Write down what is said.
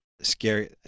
scary